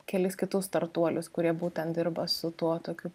kelis kitų startuolius kurie būtent dirba su tuo tokiu